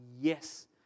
yes